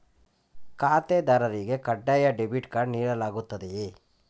ಖಾತೆದಾರರಿಗೆ ಕಡ್ಡಾಯ debit card ನೀಡಲಾಗುತ್ತದೆಯೇ?